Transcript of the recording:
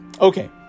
okay